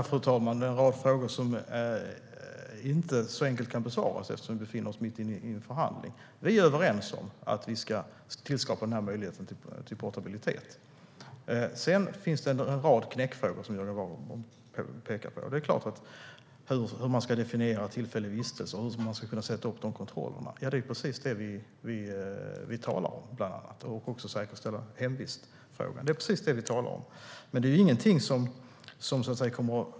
Fru talman! Det var en rad frågor som inte så enkelt kan besvaras eftersom vi befinner oss mitt i en förhandling. Vi är överens om att man ska tillskapa den här möjligheten till portabilitet. Sedan finns det en rad knäckfrågor, som Jörgen Warborn påpekade. Hur man ska definiera tillfällig vistelse, hur man ska genomföra de kontrollerna och säkerställa hemvistfrågan är precis det som vi talar om.